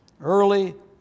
early